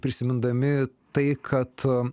prisimindami tai kad